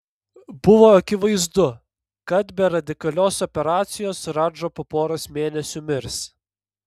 buvo akivaizdu kad be radikalios operacijos radža po poros mėnesių mirs